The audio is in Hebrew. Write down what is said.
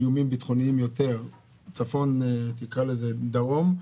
איומים ביטחוניים, יותר צפון, תקרא לזה דרום,